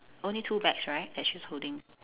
only two bags right that she's holding